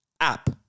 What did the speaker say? app